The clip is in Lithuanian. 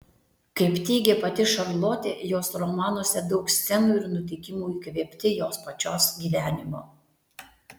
kaip teigė pati šarlotė jos romanuose daug scenų ir nutikimų įkvėpti jos pačios gyvenimo